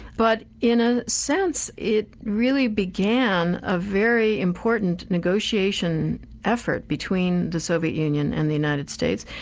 but in a sense, it really began a very important negotiation effort between the soviet union and the united states,